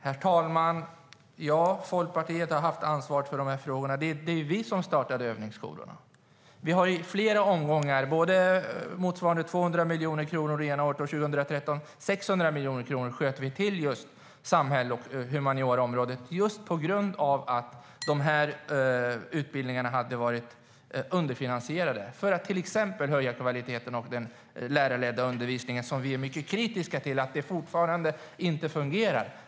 Herr talman! Ja, Folkpartiet har haft ansvaret för dessa frågor. Det var vi som startade övningsskolorna. Vi har i flera omgångar anslagit motsvarande 200 miljoner kronor 2013. 600 miljoner sköt vi till för samhälls och humanioraområdet på grund av att de utbildningarna hade varit underfinansierade. Det gjorde vi för att bland annat höja kvaliteten och den lärarledda undervisningen. Vi är mycket kritiska till att det fortfarande inte fungerar.